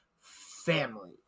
family